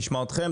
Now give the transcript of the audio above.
נשמע אתכם,